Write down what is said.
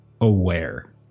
aware